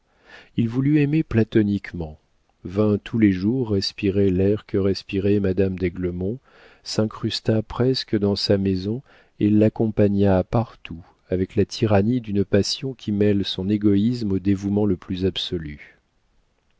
il voulut aimer platoniquement vint tous les jours respirer l'air que respirait madame d'aiglemont s'incrusta presque dans sa maison et l'accompagna partout avec la tyrannie d'une passion qui mêle son égoïsme au dévouement le plus absolu